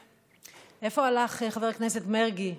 לאן הלך חבר הכנסת מרגי,